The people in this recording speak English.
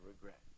regret